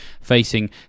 facing